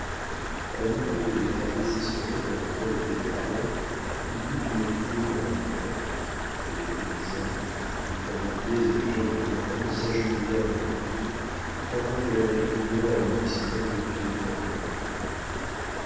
a la nouvelle de l'état désespéré dans lequel était le baron il y eut une foule dans la ruelle les paysans les paludiers et les gens de guérande s'agenouillèrent dans la cour pendant que l'abbé grimont administrait le vieux guerrier breton